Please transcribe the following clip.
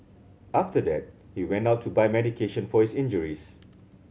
after that he went out to buy medication for his injuries